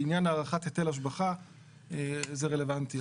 לעניין הערכת היטל השבחה זה רלוונטי.